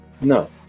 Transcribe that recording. No